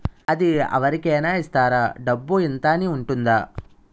అది అవరి కేనా ఇస్తారా? డబ్బు ఇంత అని ఉంటుందా?